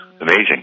Amazing